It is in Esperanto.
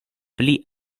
pli